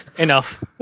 Enough